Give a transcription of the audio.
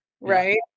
Right